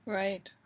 right